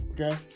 okay